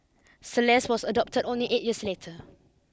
Celeste was adopted only eight years later